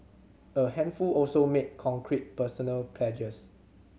a handful also made concrete personal pledges